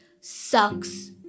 sucks